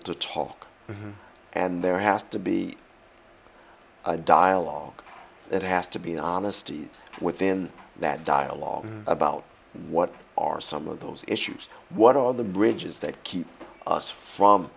to talk and there has to be a dialogue that has to be honesty within that dialogue about what are some of those issues what are the bridges that keep us from